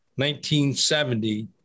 1970